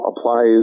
applies